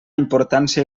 importància